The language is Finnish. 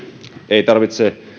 ei tarvitse